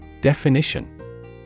DEFINITION